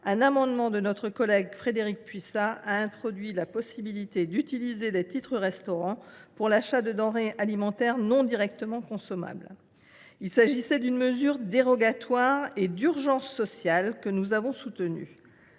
d’un amendement de notre collègue Frédérique Puissat a introduit la possibilité d’utiliser les titres restaurant pour l’achat de denrées alimentaires non directement consommables. Il s’agissait d’une mesure dérogatoire et d’urgence sociale, que nous avons soutenue.